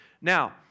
Now